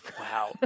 Wow